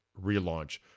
relaunch